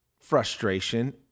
frustration